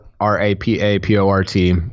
r-a-p-a-p-o-r-t